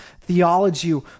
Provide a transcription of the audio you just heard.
theology